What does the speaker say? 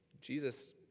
Jesus